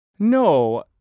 No